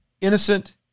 innocent